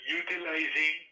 utilizing